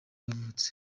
yavutse